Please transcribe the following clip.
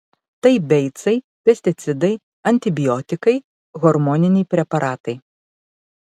tai beicai pesticidai antibiotikai hormoniniai preparatai